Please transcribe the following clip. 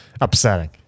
upsetting